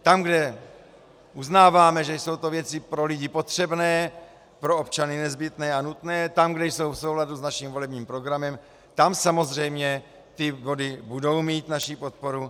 Tam, kde uznáváme, že to jsou věci pro lidi potřebné, pro občany nezbytné a nutné, tam, kde jsou v souladu s naším volebním programem, tam samozřejmě ty body budou mít naši podporu.